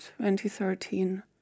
2013